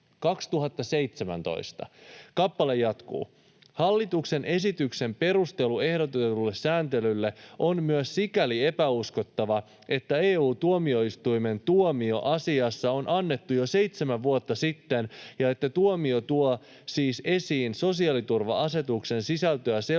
Kappale jatkuu: ”Hallituksen esityksen perustelu ehdotetulle sääntelylle on myös sikäli epäuskottava, että EU-tuomioistuimen tuomio asiassa on annettu jo 7 vuotta sitten ja että tuomio tuo siis esiin sosiaaliturva-asetuksen sisältöä sellaisena